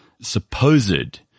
supposed